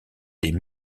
des